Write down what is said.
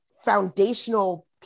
foundational